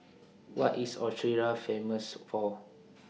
What IS Austria Famous For